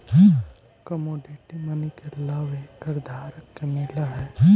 commodity money के लाभ acre धारक के मिलऽ हई